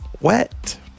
wet